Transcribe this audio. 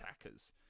attackers